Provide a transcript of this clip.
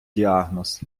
діагноз